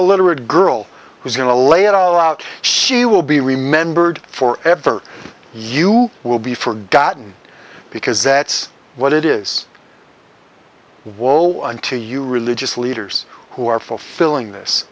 alliterate girl who's going to lay it all out she will be remembered for ever you will be forgotten because that's what it is whoa unto you religious leaders who are fulfilling this